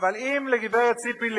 אבל אם לגברת ציפי לבני,